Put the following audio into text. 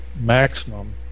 maximum